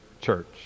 church